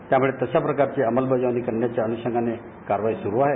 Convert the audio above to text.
त्याम्ळं तश्या प्रकारची अंमलबजावणी करण्याच्या अन्षंगाणं कारवाई स्रू आहे